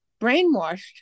brainwashed